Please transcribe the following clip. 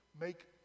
make